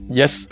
yes